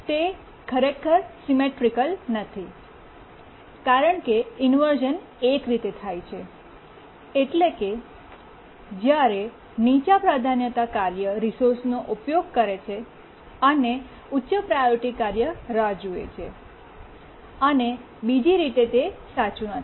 તે ખરેખર સિમેટ્રિકલ નથી કારણ કે ઇન્વર્શ઼ન એક રીતે થાય છે એટલે કે જ્યારે નીચા પ્રાધાન્યતા કાર્ય રિસોર્સનો ઉપયોગ કરે છે અને ઉચ્ચ પ્રાયોરિટી કાર્ય રાહ જુએ છે અને બીજી રીતે તે સાચું નથી